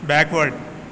backward